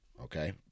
okay